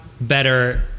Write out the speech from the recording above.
better